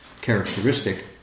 characteristic